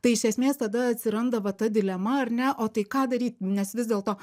tai iš esmės tada atsiranda va ta dilema ar ne o tai ką daryt nes vis dėlto